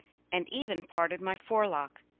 and even parted my forelock.